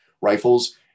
rifles